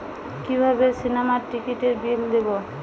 কিভাবে সিনেমার টিকিটের বিল দেবো?